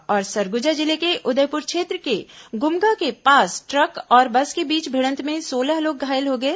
और सरगुजा जिले के उदयपुर क्षेत्र के गुमगा के पास ट्रक और बस के बीच भिड़त में सोलह लोग घायल हो गए